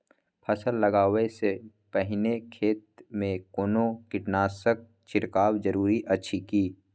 फसल लगबै से पहिने खेत मे कोनो कीटनासक छिरकाव जरूरी अछि की?